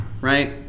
right